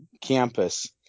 campus